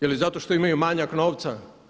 Je li zato što imaju manjak novca?